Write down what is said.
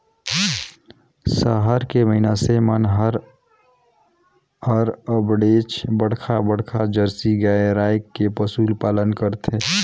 सहर के मइनसे मन हर अबड़ेच बड़खा बड़खा जरसी गाय रायख के पसुपालन करथे